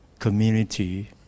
community